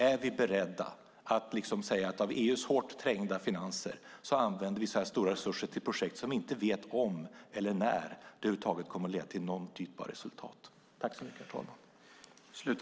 Är vi med tanke på EU:s hårt trängda finanser beredda att säga att vi ska använda så stora resurser till projekt som vi inte vet om eller när de över huvud taget kommer att leda till någon typ av resultat?